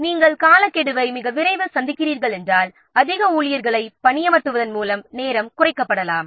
நாம் காலக்கெடுவை மிக விரைவில் சந்திக்கிறோம் என்றால் அதிக ஊழியர்களை பணியமர்த்துவதன் மூலம் நேரம் குறைக்கப்படலாம்